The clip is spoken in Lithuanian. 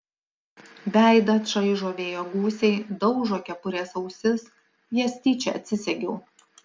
veidą čaižo vėjo gūsiai daužo kepurės ausis jas tyčia atsisegiau